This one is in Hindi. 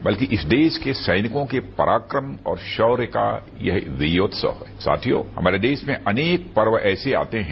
बल्कि इस देश के सैनिकों के पराक्रम और शौर्य का यह वियोत्सिव साथियों हमारे देश में अनेक पर्व ऐसे आते हैं